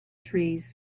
trees